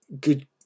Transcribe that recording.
good